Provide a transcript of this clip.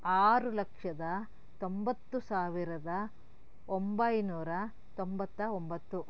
ಆರು ಲಕ್ಷದ ತೊಂಬತ್ತು ಸಾವಿರದ ಒಂಬೈನೂರ ತೊಂಬತ್ತ ಒಂಬತ್ತು